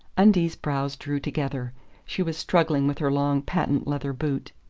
undine's brows drew together she was struggling with her long patent-leather boot.